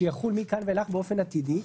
שיחול מכאן ואילך באופן עתידי,